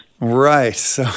Right